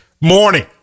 morning